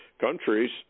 countries